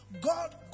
God